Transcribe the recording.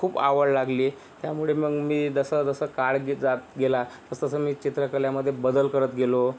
खूप आवड लागली त्यामुळे मग मी जसा जसा काळ गे जात गेला तसं तसं मी चित्रकलेमध्ये बदल करत गेलो